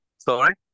Sorry